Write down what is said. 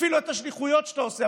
אפילו את השליחויות שאתה עושה,